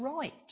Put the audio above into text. right